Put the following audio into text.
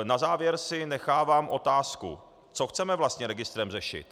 Na závěr si nechávám otázku, co chceme vlastně registrem řešit.